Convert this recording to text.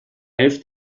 elf